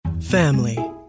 family